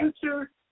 future